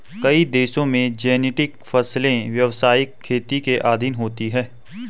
कई देशों में जेनेटिक फसलें व्यवसायिक खेती के अधीन होती हैं